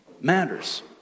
matters